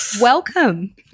Welcome